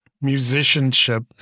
musicianship